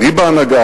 אני בהנהגה,